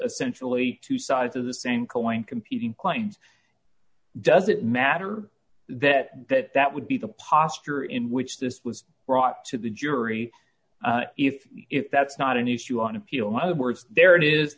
essentially two sides of the same coing competing claims does it matter that that that would be the posture in which this was brought to the jury if the if that's not an issue on appeal there it is